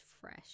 fresh